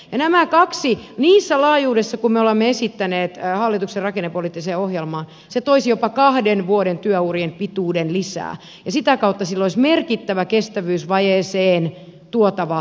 nämä kaksi siinä laajuudessa kuin me olemme esittäneet hallituksen rakennepoliittiseen ohjelmaan toisi jopa kaksi vuotta työurien pituuteen lisää ja sitä kautta sillä olisi merkittävä kestävyysvajeeseen tuotava säästö